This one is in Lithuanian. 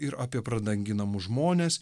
ir apie pradanginamus žmones